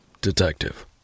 Detective